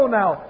now